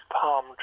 Palm